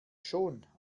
schon